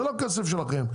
זה לא כסף שלכם,